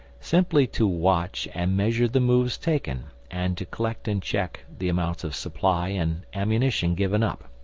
simply to watch and measure the moves taken, and to collect and check the amounts of supply and ammunition given up.